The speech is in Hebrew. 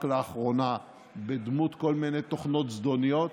לאחרונה בדמות כל מיני תוכנות זדוניות,